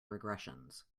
regressions